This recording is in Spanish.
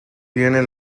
tiene